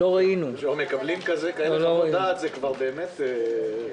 כשמקבלים כזאת חוות דעת זה באמת מעיד